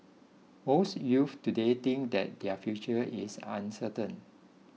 most youths today think that their future is uncertain